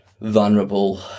vulnerable